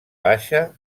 baixa